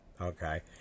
Okay